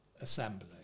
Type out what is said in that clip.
assembly